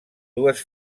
dues